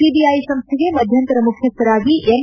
CBI ಸಂಸ್ಥೆಗೆ ಮಧ್ಯಂತರ ಮುಖ್ಯಸ್ಥರಾಗಿ ಎಂ